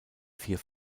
vier